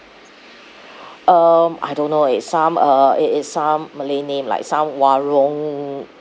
um I don't know eh some uh it is some malay name like some warong